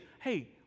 hey